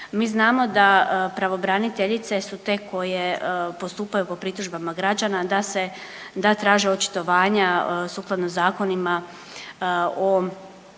Mi znamo da pravobraniteljice su te koje postupaju po pritužbama građana da se, da traže očitovanja sukladno zakonima o,